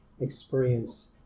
experience